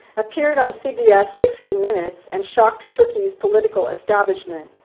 appeared on cbs's sixty minutes and shocked turkey's political establishment.